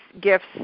gifts